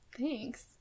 Thanks